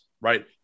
right